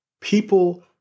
People